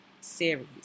series